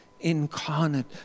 incarnate